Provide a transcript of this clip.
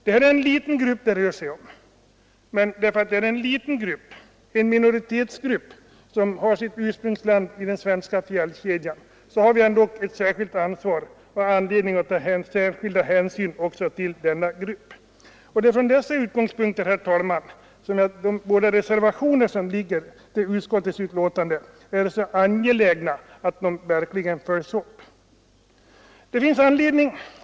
Det är en liten grupp det rör sig om, men just därför att det är en liten minoritet, som har sitt ursprungsland i den svenska fjällkedjan, har vi ett särskilt ansvar och anledning att ta särskild hänsyn till den. Det är av dessa skäl som det är så angeläget att de båda reservationerna till utskottets betänkande verkligen följs upp.